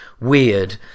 weird